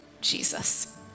Jesus